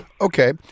Okay